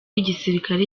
igisirikare